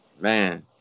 man